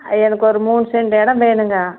எனக்கு ஒரு மூணு சென்ட் எடம் வேணும்ங்க